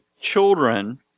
children